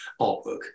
artwork